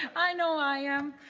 i know i am